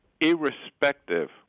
irrespective